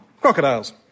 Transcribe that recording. Crocodiles